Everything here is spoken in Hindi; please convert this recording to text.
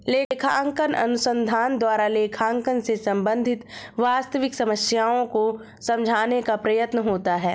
लेखांकन अनुसंधान द्वारा लेखांकन से संबंधित वास्तविक समस्याओं को समझाने का प्रयत्न होता है